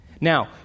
Now